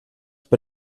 bei